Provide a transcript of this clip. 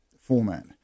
format